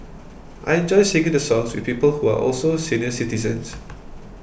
I enjoy sing the songs with people who are also senior citizens